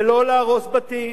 ולא להרוס בתים,